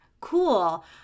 Cool